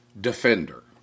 defender